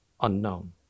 unknown